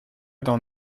dans